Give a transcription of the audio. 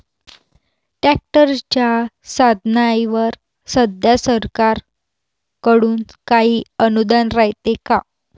ट्रॅक्टरच्या साधनाईवर सध्या सरकार कडून काही अनुदान रायते का?